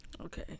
Okay